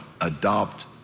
adopt